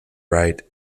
wright